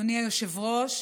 אדוני היושב-ראש,